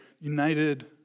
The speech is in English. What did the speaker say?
united